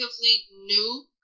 new